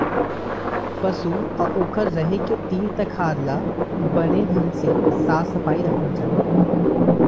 पसु अउ ओकर रहें के तीर तखार ल बने ढंग ले साफ सफई रखना चाही